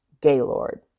Gaylord